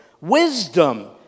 wisdom